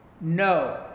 No